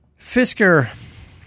Fisker